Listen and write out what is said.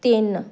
ਤਿੰਨ